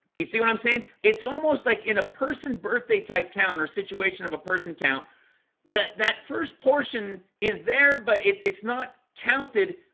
you see what i'm saying? it's almost like in a person birthday type count or situation of a person count that that first portion is there but it's it's not counted.